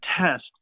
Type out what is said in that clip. test